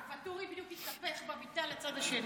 כשואטורי בדיוק התהפך במיטה לצד השני.